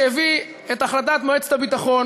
שהביא את החלטת מועצת הביטחון